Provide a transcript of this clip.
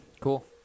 cool